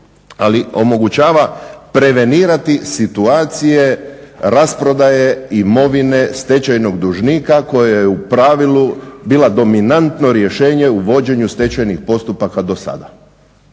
ali omogućava prevenirati situacije rasprodaje imovine stečajnog dužnika koja je u pravilu bila dominantno rješenje u vođenju stečajnih postupaka do sada.